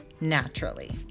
naturally